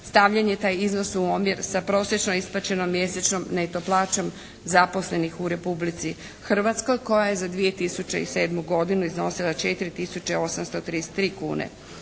Stavljen je taj iznos u omjer sa prosječno isplaćenom mjesečnom neto plaćom zaposlenih u Republici Hrvatskoj koja je za 2007. godinu iznosila 4 tisuće